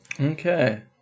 okay